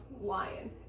lion